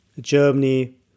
Germany